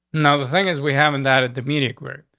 no, the thing is, we haven't added immediate work.